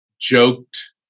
joked